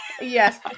Yes